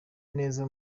neza